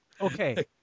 Okay